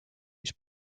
mis